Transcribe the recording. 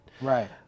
Right